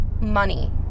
money